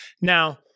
Now